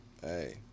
Hey